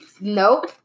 Nope